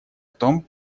том